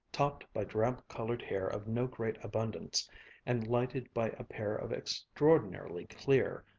topped by drab-colored hair of no great abundance and lighted by a pair of extraordinarily clear,